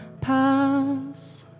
pass